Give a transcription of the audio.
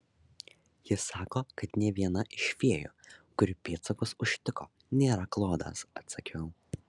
ji sako kad nė viena iš fėjų kurių pėdsakus užtiko nėra klodas atsakiau